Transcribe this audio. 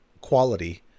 quality